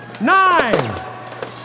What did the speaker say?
Nine